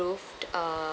uh